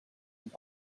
and